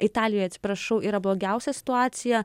italijoj atsiprašau yra blogiausia situacija